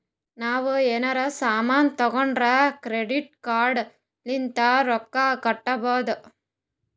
ನಾವ್ ಎನಾರೇ ಸಾಮಾನ್ ತೊಂಡುರ್ ಕ್ರೆಡಿಟ್ ಕಾರ್ಡ್ ಲಿಂತ್ ರೊಕ್ಕಾ ಕಟ್ಟಬೋದ್